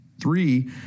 three